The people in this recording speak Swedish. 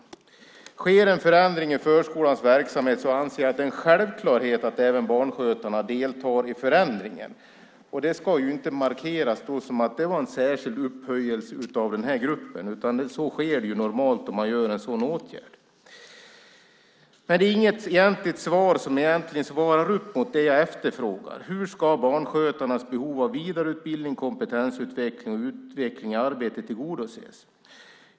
Om det sker en förändring i förskolans verksamhet är det, anser jag, en självklarhet att även barnskötarna deltar i förändringen. Det ska inte markeras som en särskild upphöjelse av den här gruppen, utan så sker normalt när en sådan här åtgärd vidtas. Det är inget svar som egentligen svarar upp mot det jag efterfrågar: Hur ska barnskötarnas behov av vidareutbildning, kompetensutveckling och utveckling i arbetet tillgodoses?